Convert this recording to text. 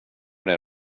det